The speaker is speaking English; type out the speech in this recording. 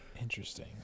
Interesting